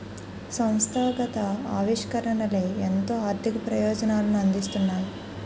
సంస్థాగత ఆవిష్కరణలే ఎంతో ఆర్థిక ప్రయోజనాలను అందిస్తున్నాయి